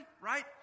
right